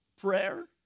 prayer